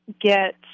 get